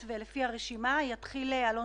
ערן יעקב, מנכ"ל רשות המיסים, יצטרף אלינו